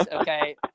okay